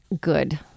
good